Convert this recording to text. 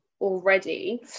already